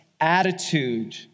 attitude